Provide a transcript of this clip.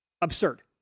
Absurd